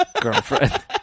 girlfriend